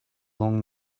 long